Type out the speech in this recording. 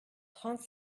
trente